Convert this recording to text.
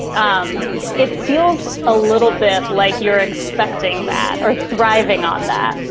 um it feels a little bit like you're expecting that are thriving on that,